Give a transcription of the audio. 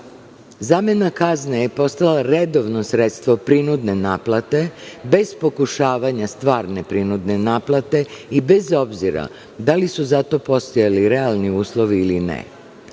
zamena kazne je postala redovno sredstvo prinudne naplate, bez pokušavanja stvarne prinudne naplate i bez obzira da li su za to postojali realni uslovi ili ne.